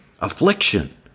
affliction